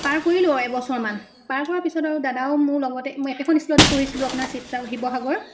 পাৰ কৰিলো আৰু এবছৰমান পাৰ কৰাৰ পিছত আৰু দাদাও মোৰ লগতে মো একেখন স্কুলতে পঢ়িছিলোঁ আপোনাৰ ছিৱ্ছা শিৱসাগৰ